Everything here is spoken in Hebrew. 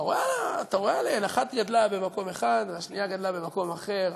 אתה רואה עליהן שאחת גדלה במקום אחד והשנייה גדלה במקום אחר,